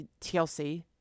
TLC